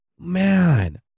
Man